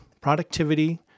productivity